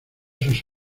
sus